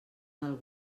del